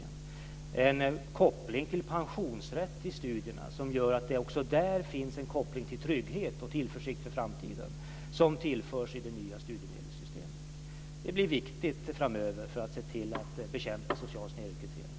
Det innebär också en koppling till pensionsrätt till studierna, som gör att det också där finns en koppling till trygghet och tillförsikt för framtiden som tillförs i det nya studiemedelssystemet. Det blir viktigt framöver för att se till att bekämpa social snedrekrytering.